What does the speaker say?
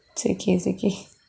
it's okay it's okay